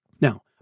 Now